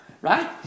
right